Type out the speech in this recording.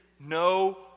no